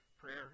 prayer